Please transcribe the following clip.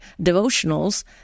devotionals